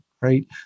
right